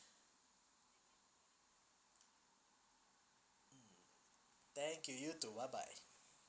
mm thank you you too bye bye